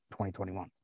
2021